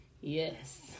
yes